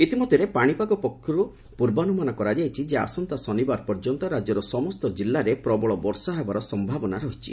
ଇତିମଧ୍ୟରେ ପାଣିପାଗ ବିଭାଗ ପକ୍ଷରୁ ପୂର୍ବାନୁମାନ କରାଯାଇଛି ଯେ ଆସନ୍ତା ଶନିବାର ପର୍ଯ୍ୟନ୍ତ ରାଜ୍ୟର ସମସ୍ତ ଜିଲ୍ଲାରେ ପ୍ରବଳ ବର୍ଷା ହେବାର ସମ୍ଭାବନା ରହିଛି